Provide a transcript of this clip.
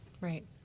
Right